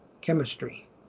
chemistry